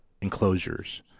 enclosures